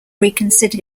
reconsider